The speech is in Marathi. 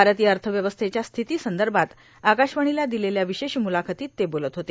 भारतीय अथव्यवस्थेच्या स्थितीसंदभात आकाशवाणीला र्दलेल्या र्विशेष मुलाखतीत ते बोलत होते